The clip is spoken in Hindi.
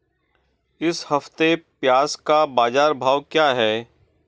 इस हफ्ते प्याज़ का बाज़ार भाव क्या है?